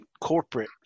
corporate